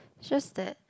just that